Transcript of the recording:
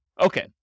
Okay